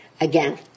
again